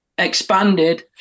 expanded